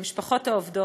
למשפחות העובדות,